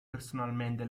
personalmente